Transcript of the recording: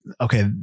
okay